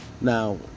Now